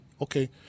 okay